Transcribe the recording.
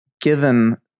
given